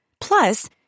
Plus